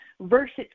versus